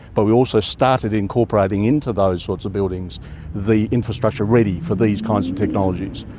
but we also started incorporating into those sorts of buildings the infrastructure ready for these kinds of technologies.